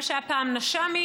מה שהיה פעם נש"מים,